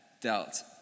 dealt